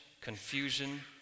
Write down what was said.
confusion